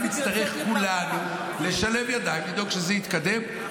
אנחנו נצטרך כולנו לשלב ידיים לדאוג שזה יתקדם.